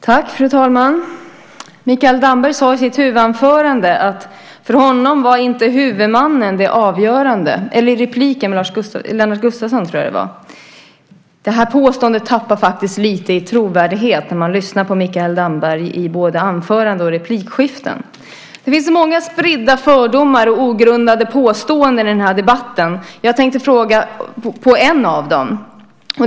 Fru talman! Mikael Damberg sade i replikskiftet med Lennart Gustavsson att för honom var huvudmannen inte det avgörande. Det påståendet tappar lite i trovärdighet när man lyssnar på Mikael Dambergs huvudanförande och på replikskiftena. Det finns många spridda fördomar och ogrundade påståenden i den här debatten. Jag tänkte fråga om en av dem.